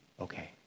okay